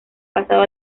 pasado